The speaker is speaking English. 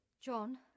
John